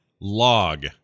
log